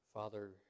Father